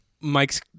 Mike's